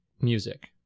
music